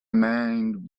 mind